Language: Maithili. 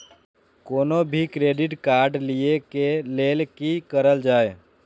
कोनो भी क्रेडिट कार्ड लिए के लेल की करल जाय?